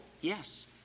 Yes